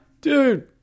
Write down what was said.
dude